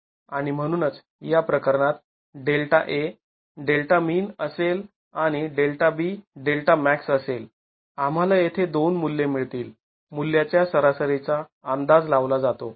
आणि म्हणूनच या प्रकरणात ΔA Δmin असेल आणि ΔB Δmax असेल आम्हाला येथे दोन मुल्ये मिळतील मूल्यां च्या सरासरीचा अंदाज लावला जातो